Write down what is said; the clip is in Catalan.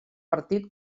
partit